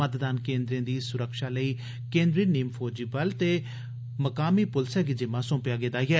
मतदान केन्द्रें दी स्रक्षा लेई केन्द्री नीम फौजीबल ते मकामी प्लसै गी जिम्मा सोंपेया गेदा ऐ